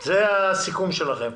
זה הסיכום שלכם.